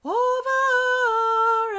over